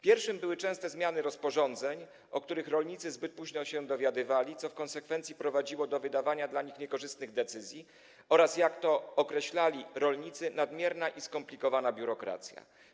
Pierwszym z nich były częste zmiany rozporządzeń, o których rolnicy zbyt późno się dowiadywali, co w konsekwencji prowadziło do wydawania dla nich niekorzystnych decyzji, oraz, jak to określali rolnicy, nadmierna i skomplikowana biurokracja.